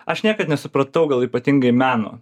aš niekad nesupratau gal ypatingai meno